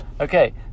Okay